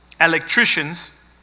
Electricians